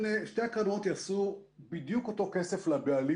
שתי הקרנות יעשו בדיוק אותו כסף לבעלים